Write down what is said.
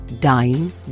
dying